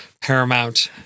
Paramount